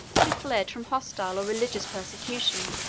who fled from hostile or religious persecution,